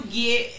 get